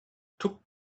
took